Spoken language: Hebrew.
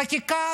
חקיקה